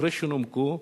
אחרי שנומקו,